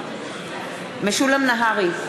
בעד משולם נהרי,